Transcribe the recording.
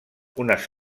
unes